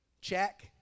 Check